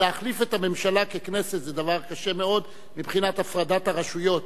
להחליף את הממשלה ככנסת זה דבר קשה מאוד מבחינת הפרדת הרשויות.